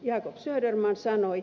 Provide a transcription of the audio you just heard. jacob söderman sanoi